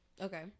Okay